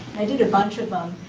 i did a bunch of them,